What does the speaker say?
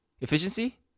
Efficiency